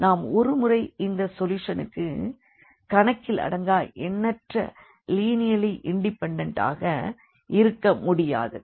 நாம் ஒருமுறை இந்த சொல்யூஷனுக்கு கணக்கிலடங்கா எண்ணற்ற லீனியர்லி இண்டிபெண்டன்ட் ஆக இருக்க முடியாது